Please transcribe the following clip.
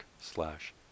slash